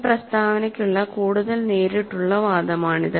ഈ പ്രസ്താവനയ്ക്കുള്ള കൂടുതൽ നേരിട്ടുള്ള വാദമാണിത്